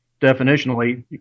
definitionally